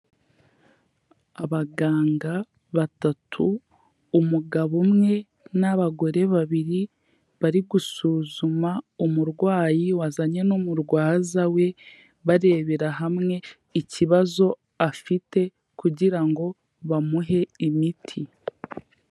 Abaganga batatu umugabo umwe n'abagore babiri bari gusuzuma umurwayi wazanye n'umurwaza we, barebera hamwe ikibazo afite kugira ngo bamuhe imiti.